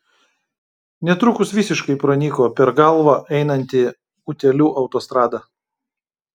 netrukus visiškai pranyko per galvą einanti utėlių autostrada